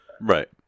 Right